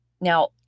Now